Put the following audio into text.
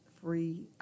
free